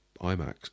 IMAX